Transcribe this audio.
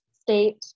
state